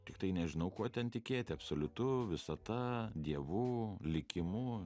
tiktai nežinau kuo ten tikėt absoliutu visata dievu likimu